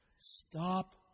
Stop